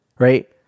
Right